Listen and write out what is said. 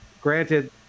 Granted